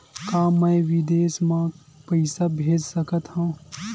का मैं विदेश म पईसा भेज सकत हव?